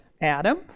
Adam